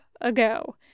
ago